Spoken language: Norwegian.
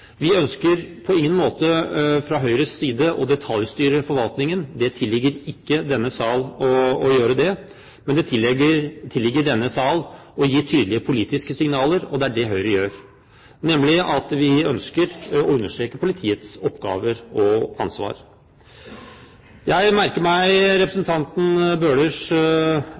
Vi ønsker på ingen måte fra Høyres side å detaljstyre forvaltningen, det tilligger ikke denne sal å gjøre det. Men det tilligger denne sal å gi tydelige politiske signaler. Det er det Høyre gjør, nemlig at vi ønsker å understreke politiets oppgaver og ansvar. Jeg merker meg representanten Bøhlers